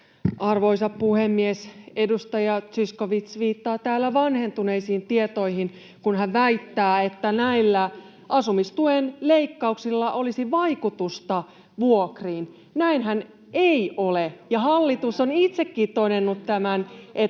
Arvoisa puhemies! Edustaja Zyskowicz viittaa täällä vanhentuneisiin tietoihin, kun hän väittää, että näillä asumistuen leikkauksilla olisi vaikutusta vuokriin. Näinhän ei ole, ja hallitus on itsekin todennut tämän ja